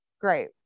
Great